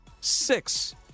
six